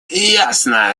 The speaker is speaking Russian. ясно